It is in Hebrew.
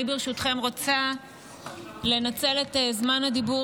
ברשותכם אני רוצה לנצל את זמן הדיבור